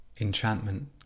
Enchantment